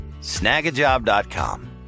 snagajob.com